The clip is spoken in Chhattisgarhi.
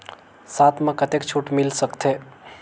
साथ म कतेक छूट मिल सकथे?